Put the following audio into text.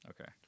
Okay